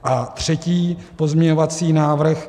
A třetí pozměňovací návrh.